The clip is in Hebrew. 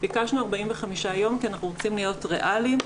ביקשנו 45 יום, כי אנחנו רוצים להיות ריאליים.